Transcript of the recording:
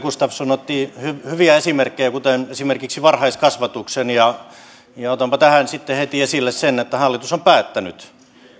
gustafsson otti hyviä esimerkkejä kuten esimerkiksi varhaiskasvatuksen ja otanpa tähän sitten heti esille sen että hallitus on päättänyt